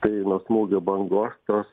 tai nuo smūgio smūgio bangos tos